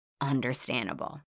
understandable